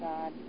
God